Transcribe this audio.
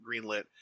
greenlit